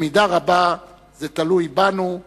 במידה רבה זה תלוי בנו,